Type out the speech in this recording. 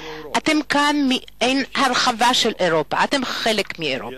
אתם כאן מעין הרחבה של אירופה, אתם חלק מאירופה.